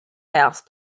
house